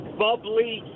bubbly